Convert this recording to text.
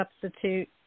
substitute